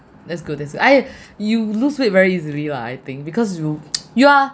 that's good that's I you lose weight very easily lah I think because you you are